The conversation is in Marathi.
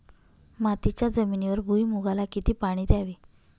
मातीच्या जमिनीवर भुईमूगाला किती पाणी द्यावे?